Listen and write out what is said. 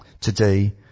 Today